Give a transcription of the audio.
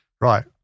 right